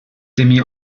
tymi